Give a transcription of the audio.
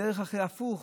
הפוך.